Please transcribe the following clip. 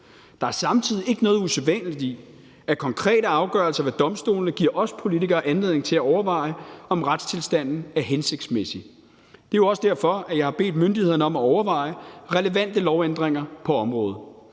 Der er samtidig ikke noget usædvanligt i, at konkrete afgørelser ved domstolene giver os politikere anledning til at overveje, om retstilstanden er hensigtsmæssig. Det er jo også derfor, at jeg har bedt myndighederne om at overveje relevante lovændringer på området.